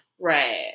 right